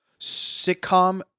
sitcom